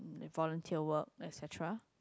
volunteer work exact